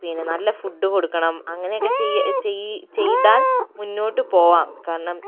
പിന്നെ നല്ല ഫുഡ് കൊടുക്കണം അങ്ങനെയൊക്കെ ചെയ്യാ ചെയ്യ് ചെയ്താൽ മുന്നോട്ട് പോവാം കാരണം